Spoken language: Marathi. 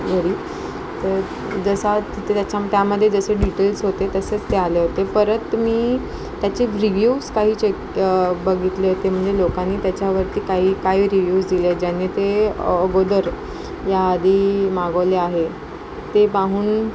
जसा तिथे त्याच्या त्यामध्ये जसे डिटेल्स होते तसेच ते आले होते परत मी त्याचे रिव्यूस काही चेक बघितले होते म्हणजे लोकांनी त्याच्यावरती काही काही रिव्यूज दिले ज्यांनी ते अगोदर या आधी मागवले आहे ते पाहून